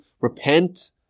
repent